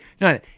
No